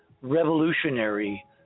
revolutionary